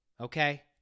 Okay